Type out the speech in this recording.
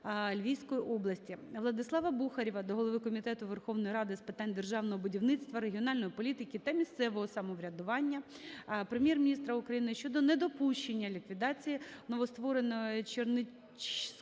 Львівської області. Владислава Бухарєва до голови Комітету Верховної Ради України з питань державного будівництва, регіональної політики та місцевого самоврядування, Прем'єр-міністра України щодо недопущення ліквідації новоствореної Чернеччинської сільської